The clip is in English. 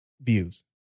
views